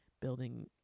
building